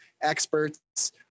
experts